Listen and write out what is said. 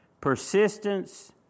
Persistence